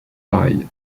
pareil